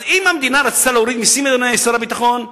אז אם המדינה רצתה להוריד מסים, אדוני שר הביטחון,